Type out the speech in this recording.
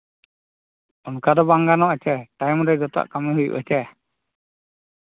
ᱚᱱᱠᱟ ᱫᱚ ᱵᱟᱝ ᱜᱟᱱᱚᱜᱼᱟ ᱦᱮᱸᱥᱮ ᱴᱟᱭᱤᱢ ᱨᱮ ᱡᱚᱛᱚᱣᱟᱜ ᱠᱟᱹᱢᱤ ᱦᱩᱭᱩᱜᱼᱟ ᱦᱮᱸᱥᱮ